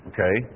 Okay